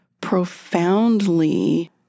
profoundly